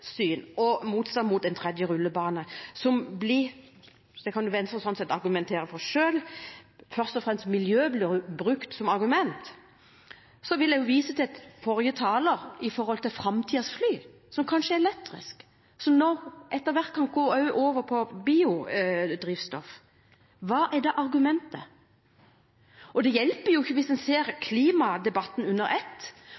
og motstand mot en tredje rullebane – det kan Venstre for så vidt argumentere for selv – der miljø først og fremst blir brukt som argument, vil jeg vise til hva forrige taler sa om framtidens fly, som kanskje er elektriske, som etter hvert kan gå over på biodrivstoff. Hva er da argumentet? Det hjelper ikke, hvis man ser